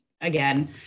again